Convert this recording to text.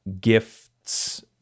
gifts